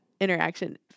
interaction